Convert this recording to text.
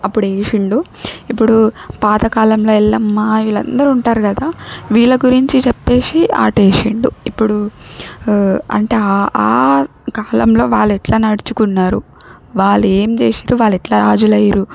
అప్పుడేషిండు ఇప్పుడు పాత కాలంలో ఎల్లమ్మ వీళ్ళందరు ఉంటారు గదా వీళ్ళ గురించి చెప్పేసి ఆటేషిండు ఇప్పుడు అంటే ఆ ఆ కాలంలో వాళ్ళు ఎట్లా నడుచుకున్నారు వాళ్ళు ఏం చేషిర్రు వాళ్ళెట్లా రాజులయ్యిరు